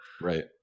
right